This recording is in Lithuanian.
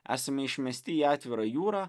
esame išmesti į atvirą jūrą